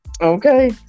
Okay